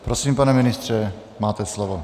Prosím, pane ministře, máte slovo.